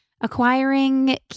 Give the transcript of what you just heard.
acquiring